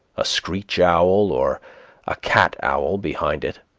a screech owl or a cat owl behind it,